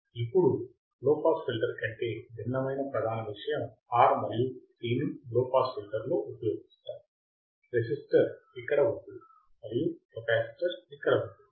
కాబట్టి ఇప్పుడు low pass filter కంటే భిన్నమైన ప్రధాన విషయం R మరియు C ని లో పాస్ ఫిల్టర్లో ఉంచడం రెసిస్టర్ ఇక్కడ ఉంది మరియు కెపాసిటర్ ఇక్కడ ఉంది